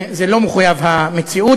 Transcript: זה לא מחויב המציאות,